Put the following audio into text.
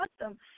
awesome